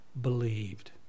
believed